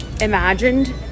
imagined